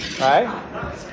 right